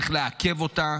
צריך לעכב אותה,